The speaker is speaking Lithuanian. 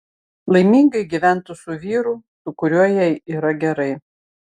laimingai gyventų su vyru su kuriuo jai yra gerai